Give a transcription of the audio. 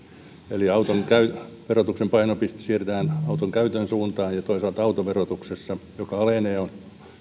eli verotuksen painopiste siirretään auton käytön suuntaan ja ja toisaalta autoverotuksessa joka alenee on